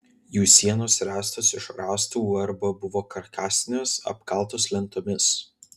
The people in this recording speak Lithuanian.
jų sienos ręstos iš rąstų arba buvo karkasinės apkaltos lentomis